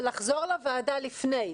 לחזור לוועדה לפני.